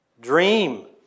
Dream